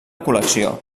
col·lecció